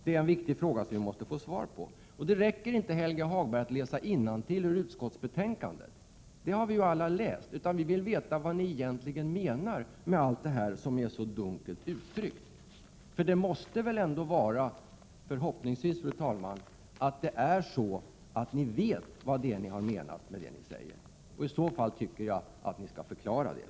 Det är en viktig fråga som vi måste få svar på. Det räcker inte, Helge Hagberg, att läsa innantill ur utskottsbetänkandet, som vi alla har läst. Jag vill veta vad ni egentligen menar med allt detta som är så dunkelt uttryckt. Förhoppningsvis vet fru talmannen vad det är ni har menat med det ni skriver. I så fall skall ni förklara det.